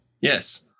Yes